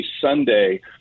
Sunday